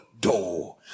Door